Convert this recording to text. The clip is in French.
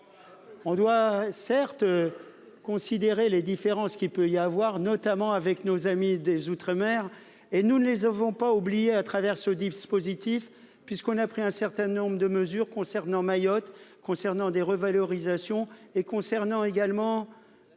On doit certes. Considérer les différences qu'il peut y avoir, notamment avec nos amis des Outre-mer et nous ne les avons pas oubliées à travers ce dispositif puisqu'on a pris un certain nombre de mesures concernant Mayotte concernant des revalorisations et concernant également.